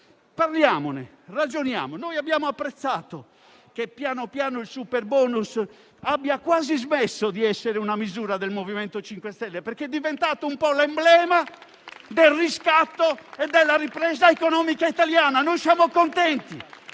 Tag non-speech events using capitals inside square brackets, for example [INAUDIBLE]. Abbiamo apprezzato che pian piano il superbonus abbia quasi smesso di essere una misura del MoVimento 5 Stelle, perché è diventato un po' l'emblema del riscatto e della ripresa economica italiana. [APPLAUSE] Siamo contenti,